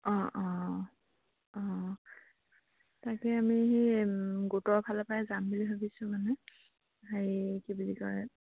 অঁ অঁ অঁ তাকে আমি সেই গোটৰ ফালৰ পৰাই যাম বুলি ভাবিছোঁ মানে হেৰি কি বুলি কয়